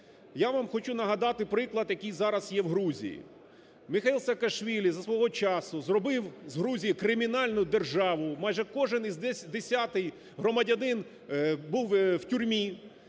Я вам хочу нагадати приклад, який зараз є в Грузії. Михаіл Саакашвілі свого часу зробив з Грузії кримінальну державу, майже кожен десятий громадянин був в тюрмі,